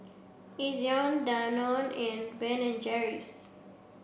Ezion Danone and Ben and Jerry's